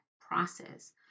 process